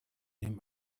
dem